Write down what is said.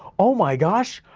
oh my gosh,